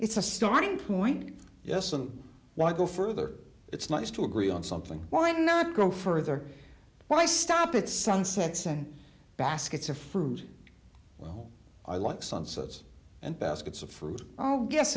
it's a starting point yes i'm why go further it's nice to agree on something why not go further why stop at sunsets and baskets of fruit well i like sunsets and baskets of fruit oh yes